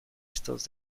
estos